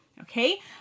Okay